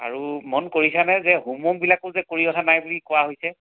আৰু মন কৰিছা নে যে হোমওৰ্কবিলাকো যে কৰি অনা নাই বুলি কোৱা হৈছে